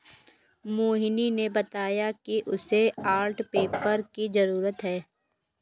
मोहिनी ने बताया कि उसे आर्ट पेपर की जरूरत है